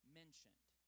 mentioned